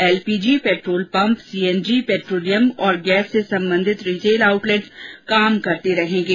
LPG petrol pump CNG petroleum और gas से संबंधित रिटेल ऑउटलेट काम करते रहेंगे